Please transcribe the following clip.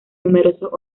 numerosos